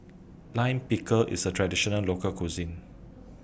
Lime Pickle IS A Traditional Local Cuisine